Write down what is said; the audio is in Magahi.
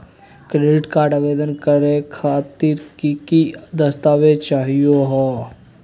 क्रेडिट कार्ड आवेदन करे खातिर की की दस्तावेज चाहीयो हो?